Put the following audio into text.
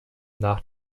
nach